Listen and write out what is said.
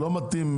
לא מתאים?